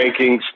rankings